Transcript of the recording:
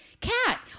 cat